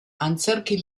antzerki